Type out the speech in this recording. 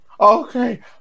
Okay